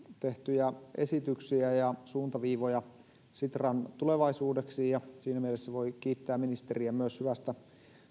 tehtyjä esityksiä ja suuntaviivoja sitran tulevaisuudeksi ja siinä mielessä voi kiittää ministeriä myös hyvästä